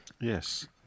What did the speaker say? yes